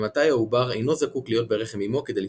ממתי העובר אינו זקוק להיות ברחם אימו כדי לשרוד.